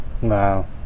Wow